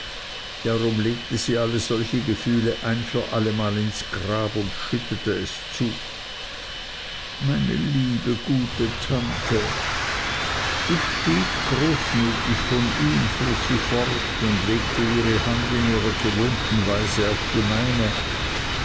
darum legte sie alle solche gefühle ein für allemal ins grab und schüttete es zu meine liebe gute tante ich schied großmütig von ihm fuhr sie fort und legte ihre hand in ihrer gewohnten weise auf die meine